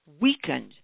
weakened